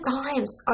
times